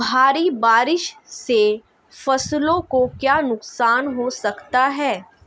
भारी बारिश से फसलों को क्या नुकसान हो सकता है?